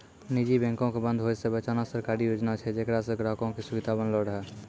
निजी बैंको के बंद होय से बचाना सरकारी योजना छै जेकरा से ग्राहको के सुविधा बनलो रहै